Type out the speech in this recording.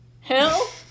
hell